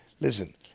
listen